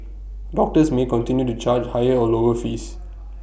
doctors may continue to charge higher or lower fees